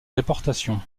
déportation